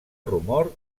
rumor